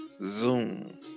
Zoom